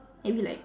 maybe like